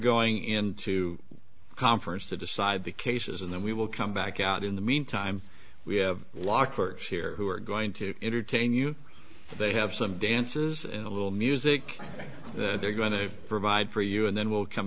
going into conference to decide the cases and then we will come back out in the meantime we have law clerks here who are going to entertain you they have some dances and a little music that they're going to provide for you and then we'll come